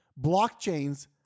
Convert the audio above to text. Blockchains